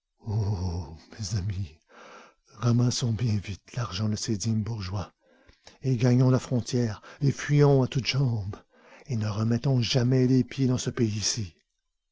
mes amis ramassons bien vite l'argent de ces dignes bourgeois et gagnons la frontière et fuyons à toutes jambes et ne remettons jamais les pieds dans ce pays-ci